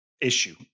issue